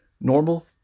normal